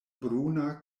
bruna